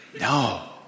No